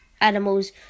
animals